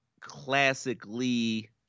classically